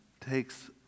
takes